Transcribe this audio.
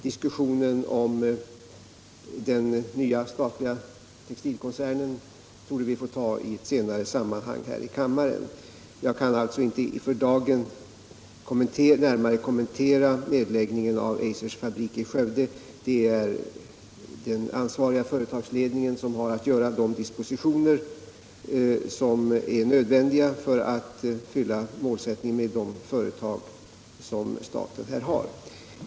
Diskussionen om den nya statliga textilkoncernen torde vi få ta i ett senare sammanhang här i kammaren. Jag kan alltså inte för dagen närmare kommentera nedläggningen av Eisers fabrik i Skövde. Det är den ansvariga företagsledningen som har att vidta de dispositioner som är nödvändiga för att fylla målsättningen med de företag som staten här har.